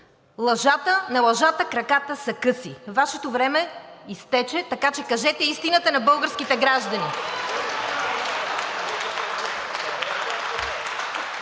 На лъжата краката са къси. Вашето време изтече. Така че кажете истината на българските граждани.